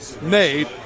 made